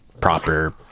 proper